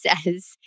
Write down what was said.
says